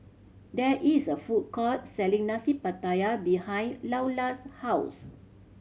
there is a food court selling Nasi Pattaya behind Loula's house